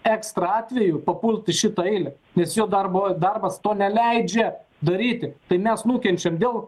ekstra atveju papult į šitą eilę nes jo darbo darbas to neleidžia daryti tai mes nukenčiam dėl